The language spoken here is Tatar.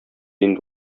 инде